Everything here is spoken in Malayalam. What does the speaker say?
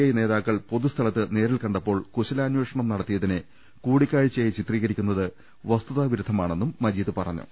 ഐ നേതാക്കൾ പൊതുസ്ഥലത്ത് നേരിൽ കണ്ടപ്പോൾ കുശലാമ്പേഷണം നടത്തിയതിനെ കൂടിക്കാഴ്ചയായി ചിത്രീകരിക്കുന്നത് വസ്തുതാവിരുദ്ധമാണെന്നും മജീദ് പറഞ്ഞു